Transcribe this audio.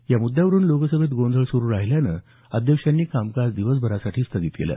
या मुद्यावरून लोकसभेत गोंधळ सुरूच राहिल्यानं अध्यक्षांनी कामकाज दिवसभरासाठी स्थगित केलं